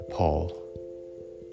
Paul